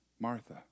Martha